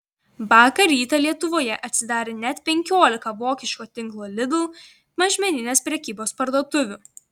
vakar rytą lietuvoje atsidarė net penkiolika vokiško tinklo lidl mažmeninės prekybos parduotuvių